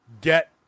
get